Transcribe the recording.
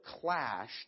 clashed